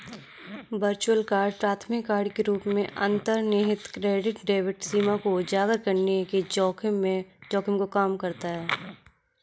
virtual card प्राथमिक card के रूप में अंतर्निहित क्रेडिट डेबिट सीमा को उजागर करने के जोखिम को कम करता है